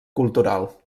cultural